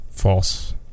false